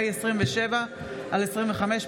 פ/27/25,